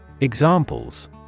Examples